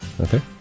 Okay